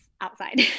outside